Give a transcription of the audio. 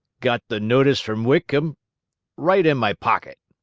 got the notice from whitcomb right in my pocket.